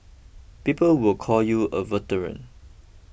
people will call you a veteran